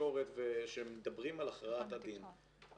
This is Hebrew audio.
בתקשורת שמדברים על הכרעת הדין,